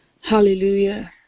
hallelujah